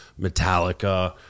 Metallica